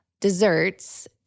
desserts